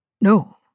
No